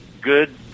good